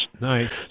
Nice